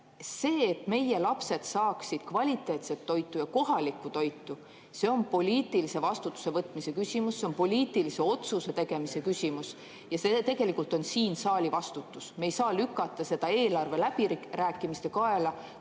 see, et meie lapsed saaksid kvaliteetset kohalikku toitu, on poliitilise vastutuse võtmise küsimus, poliitilise otsuse tegemise küsimus ja tegelikult siin selle saali vastutus? Me ei saa lükata seda eelarveläbirääkimiste kaela,